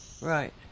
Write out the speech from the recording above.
right